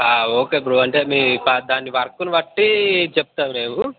okay bro అంటే మీ పా వర్క్ని బట్టి చెప్తాం మేము